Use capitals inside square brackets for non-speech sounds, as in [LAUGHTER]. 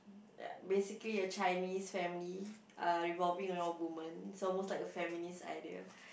[NOISE] basically a Chinese family uh revolving around women it's almost like a feminist idea